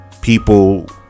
people